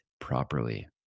properly